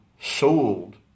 sold